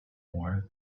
more